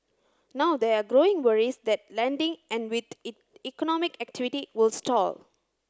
now there are growing worries that lending and with it economic activity will stall